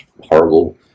horrible